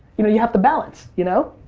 you know you have to balance, you know?